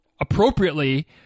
appropriately